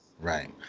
Right